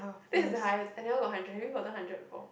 that is high and then I got hundred have you gotten hundred before